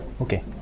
okay